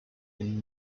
been